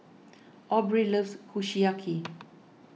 Aubrie loves Kushiyaki